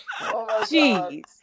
jeez